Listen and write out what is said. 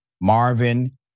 Marvin